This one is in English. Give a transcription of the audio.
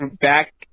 back